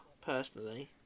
personally